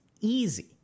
Easy